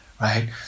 right